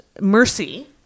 mercy